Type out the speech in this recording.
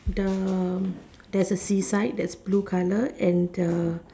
the there's a seaside that's blue colour and uh